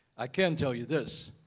i can tell you this,